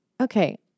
okay